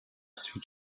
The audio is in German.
süd